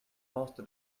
master